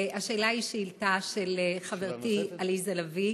השאלה היא שאילתה של חברתי עליזה לביא.